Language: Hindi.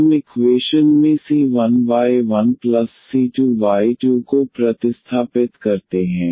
हम इक्वेशन में c1y1c2y2 को प्रतिस्थापित करते हैं